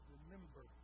Remember